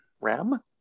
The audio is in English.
RAM